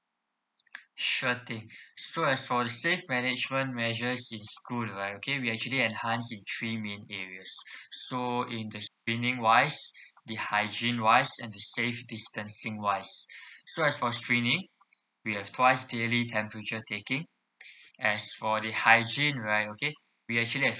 sure thing so as for the save management measures in school right okay we actually enhance in three main areas so in the screening wise the hygiene wise and the safe distancing wise so as for screening we have twice daily temperature taking as for the hygiene right okay we actually have